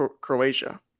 croatia